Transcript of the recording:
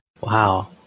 Wow